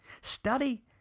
Study